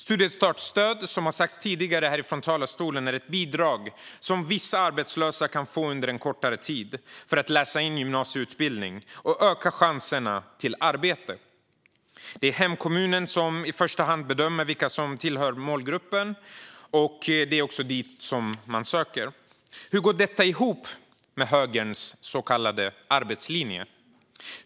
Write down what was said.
Studiestartsstöd är, som har sagts tidigare här från talarstolen, ett bidrag som vissa arbetslösa kan få under en kortare tid för att läsa in en gymnasieutbildning och öka chanserna till arbete. Det är hemkommunen som i första hand bedömer vilka som tillhör målgruppen, och det är hos kommunen man söker. Hur går detta ihop med högerns så kallade arbetslinje?